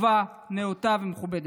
טובה, נאותה ומכובדת.